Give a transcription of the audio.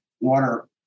water